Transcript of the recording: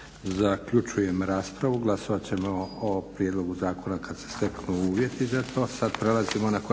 Zaključujem raspravu. Glasovat ćemo o prijedlogu zakona kada se za to steknu uvjeti.